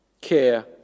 care